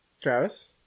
Travis